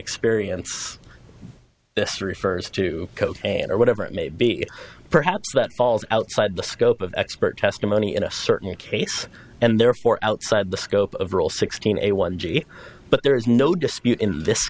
experience this refers to coach and or whatever it may be perhaps that falls outside the scope of expert testimony in a certain case and therefore outside the scope of rule sixteen a one g but there is no dispute in this